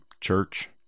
church